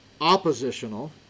oppositional